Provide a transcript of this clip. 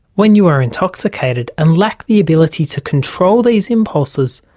when you are intoxicated and lack the ability to control these impulses,